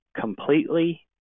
completely